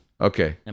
Okay